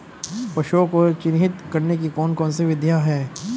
पशुओं को चिन्हित करने की कौन कौन सी विधियां हैं?